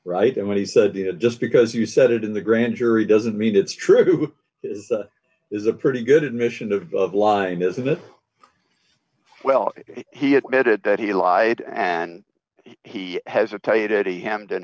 right and when he said you know just because you said it in the grand jury doesn't mean it's true is a pretty good admission of line isn't it well he admitted that he lied and he has